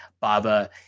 Baba